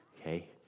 Okay